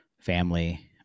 family